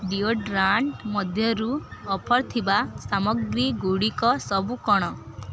deodorant ମଧ୍ୟରୁ offer ଥିବା ସାମଗ୍ରୀଗୁଡ଼ିକ ସବୁ କ'ଣ